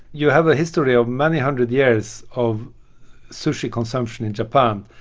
you have a history of many hundred years of sushi consumption in japan.